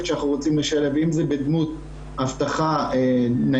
שאנחנו רוצים שיהיו אם זה בדמות אבטחה ניידת,